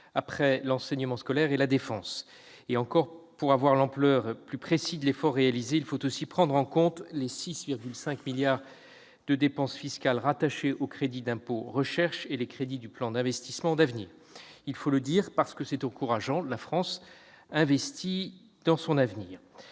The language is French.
après l'enseignement scolaire et la défense. Et encore faut-il, pour comprendre l'ampleur de l'effort réalisé, prendre également en compte les 6,5 milliards de dépenses fiscales rattachées au crédit d'impôt recherche et les crédits du plan d'investissement d'avenir. Il faut le dire, parce que c'est encourageant : la France investit dans son avenir.